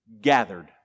gathered